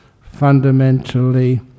fundamentally